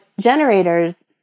generators